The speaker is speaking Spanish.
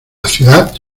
ciudad